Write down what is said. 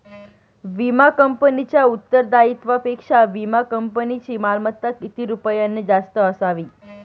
विमा कंपनीच्या उत्तरदायित्वापेक्षा विमा कंपनीची मालमत्ता किती रुपयांनी जास्त असावी?